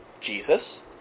Jesus